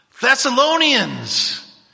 Thessalonians